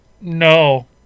No